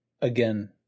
Again